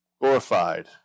glorified